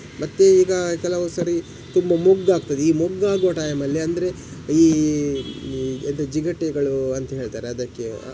ಮತ್ತೆ ಈಗ ಕೆಲವು ಸರಿ ತುಂಬ ಮೊಗ್ಗು ಆಗ್ತದೆ ಈ ಮೊಗ್ಗು ಆಗುವ ಟೈಮಲ್ಲಿ ಅಂದರೆ ಈ ಅದು ಜಿಗಟೆಗಳು ಅಂತ ಹೇಳ್ತಾರೆ ಅದಕ್ಕೆ